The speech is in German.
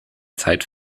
zeit